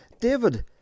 David